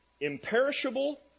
imperishable